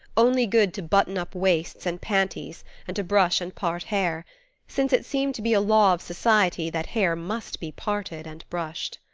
only good to button up waists and panties and to brush and part hair since it seemed to be a law of society that hair must be parted and brushed.